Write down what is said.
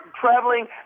traveling